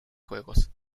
juegos